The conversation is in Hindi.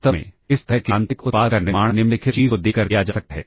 वास्तव में इस तरह के आंतरिक उत्पाद का निर्माण निम्नलिखित चीज़ को देखकर किया जा सकता है